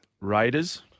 Raiders